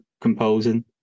composing